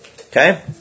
Okay